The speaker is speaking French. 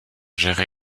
gère